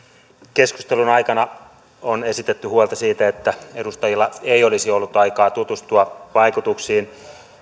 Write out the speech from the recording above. keskustelun aikana on esitetty huolta siitä että edustajilla ei olisi ollut aikaa tutustua vaikutuksiin